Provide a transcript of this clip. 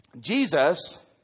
Jesus